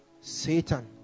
Satan